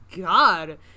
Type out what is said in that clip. god